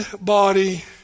body